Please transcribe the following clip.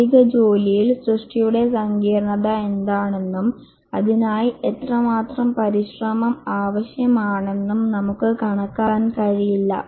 ബൌദ്ധിക ജോലിയിൽ സൃഷ്ടിയുടെ സങ്കീർണ്ണത എന്താണെന്നും അതിനായി എത്രമാത്രം പരിശ്രമം ആവശ്യമാണെന്നും നമുക്ക് കണക്കാക്കാൻ കഴിയില്ല